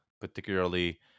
particularly